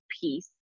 piece